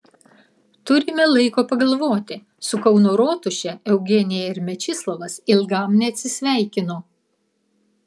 turime laiko pagalvoti su kauno rotuše eugenija ir mečislovas ilgam neatsisveikino